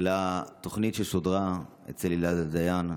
לתוכנית ששודרה אצל אילנה דיין,